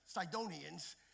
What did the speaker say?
Sidonians